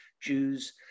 Jews